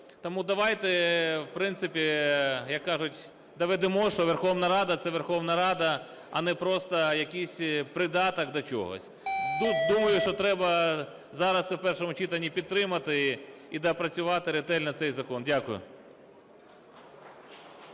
Тому давайте, в принципі, як кажуть, доведемо, що Верховна Рада – це Верховна Рада, а не просто якийсь придаток до чогось. Думаю, що треба зараз це в першому читанні підтримати і доопрацювати ретельно цей закон. Дякую.